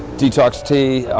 detox tea.